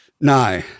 No